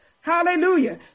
Hallelujah